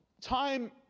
time